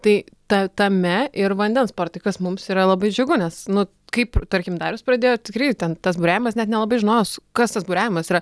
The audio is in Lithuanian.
tai ta tame ir vandens sportai kas mums yra labai džiugu nes nu kaip tarkim darius pradėjo tikrai ten tas buriavimas net nelabai žinos kas tas buriavimas yra